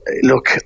look